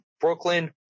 Brooklyn